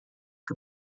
que